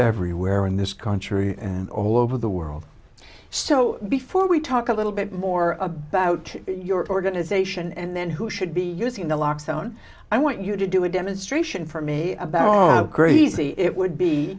everywhere in this country and all over the world so before we talk a little bit more about your organization and then who should be using the locks down i want you to do a demonstration for me about how crazy it would be